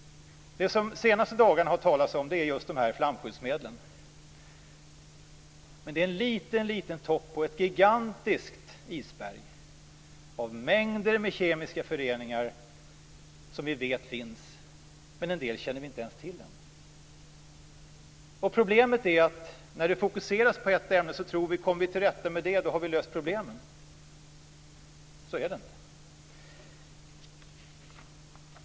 Det som det har talats om de senaste dagarna är flamskyddsmedlen. Men det är en liten topp på ett gigantiskt isberg av mängder med kemiska föreningar som vi vet finns. En del känner vi inte ens till ännu. Problemet när ett ämne fokuseras är att vi tror att kommer vi till rätta med det har vi löst problemen. Så är det inte.